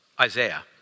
Isaiah